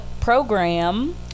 program